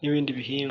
n'ibindi bihingwa.